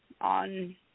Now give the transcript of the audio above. on